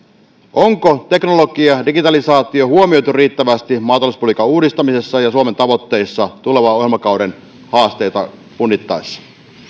onko teknologia ja digitalisaatio huomioitu riittävästi maatalouspolitiikan uudistamisessa ja suomen tavoitteissa tulevan ohjelmakauden haasteita punnittaessa arvoisa